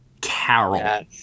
Carol